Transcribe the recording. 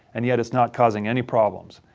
and yet it's not causing any problems.